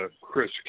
Chris